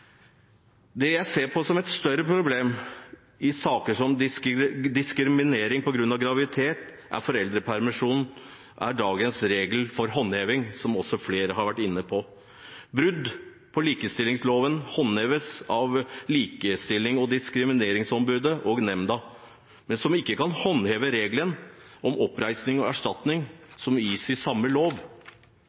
Det jeg ser på som et større problem i saker om diskriminering på grunn av graviditet og foreldrepermisjon, er dagens regler for håndheving, som også flere har vært inne på. Brudd på likestillingsloven håndheves av Likestillings- og diskrimineringsombudet og -nemnda, som ikke kan håndheve reglene om oppreisning og erstatning som gis i samme lov.